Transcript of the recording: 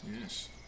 Yes